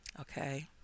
Okay